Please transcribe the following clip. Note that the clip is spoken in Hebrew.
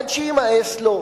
עד שיימאס לו,